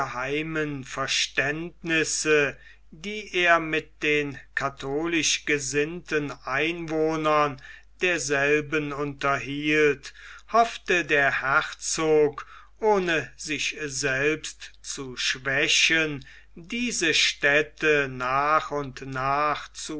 geheimen verständnisse die er mit den katholisch gesinnten einwohnern derselben unterhielt hoffte der herzog ohne sich selbst zu schwächen diese städte nach und nach